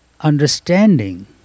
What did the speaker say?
understanding